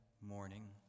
morning